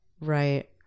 right